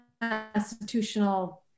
constitutional